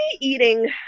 eating